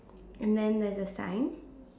and then there's a sign